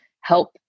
help